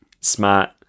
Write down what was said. smart